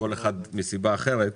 כל אחד מסיבה אחרת.